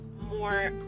more